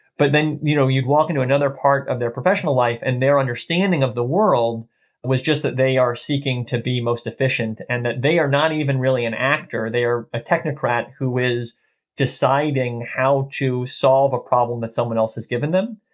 but then, you know, you'd walk into another part of their professional life and their understanding of the world was just that they are seeking to be most efficient and that they are not even really an actor. they are a technocrat who is deciding how to solve a problem that someone else has given them.